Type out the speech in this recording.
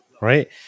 right